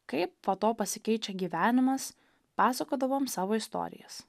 kaip po to pasikeičia gyvenimas pasakodavom savo istorijas